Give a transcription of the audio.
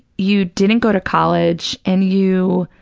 you didn't go to college. and you,